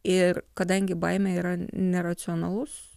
ir kadangi baimė yra neracionalus